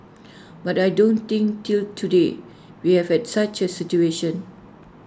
but I don't think till today we have had such A situation